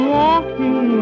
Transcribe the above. walking